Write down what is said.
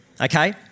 okay